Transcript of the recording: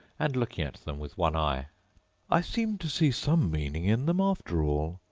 and looking at them with one eye i seem to see some meaning in them, after all.